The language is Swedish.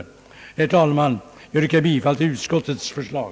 Herr talman! Jag yrkar bifall till utskottets förslag.